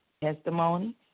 testimony